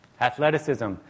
Athleticism